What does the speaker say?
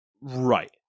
Right